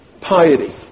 Piety